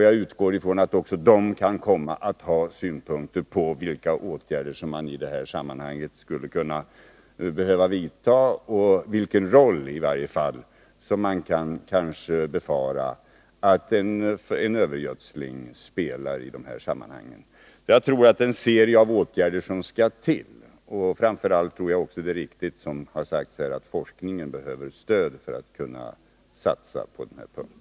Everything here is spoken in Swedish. Jag utgår från att också denna utredning kan komma att ha synpunkter på vilka åtgärder man skulle kunna behöva vidta och vilken roll man kan befara att en övergödsling spelar i dessa sammanhang. Jag tror att det är en serie av åtgärder som skall till, och framför allt är det riktigt, som har sagts här, att forskningen behöver stöd för att kunna satsa på detta område.